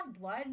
blood